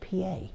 PA